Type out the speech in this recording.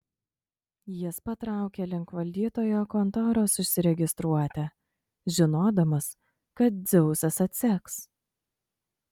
jis patraukė link valdytojo kontoros užsiregistruoti žinodamas kad dzeusas atseks